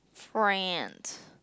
friends